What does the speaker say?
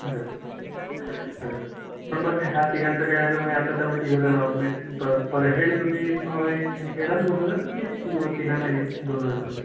अरे वा अरे वा पण मग ह्या तिघांचं काय असं म्हणजे आता तर आम्ही तिघं जण आहोत म्हणजे पर पर हेड तुम्ही एक हे घेणार दोन हजार की तिघांनाही दोन हजारमध्येच